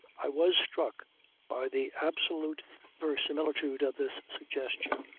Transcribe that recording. i was struck by the absolute verisimilitude of this suggestion.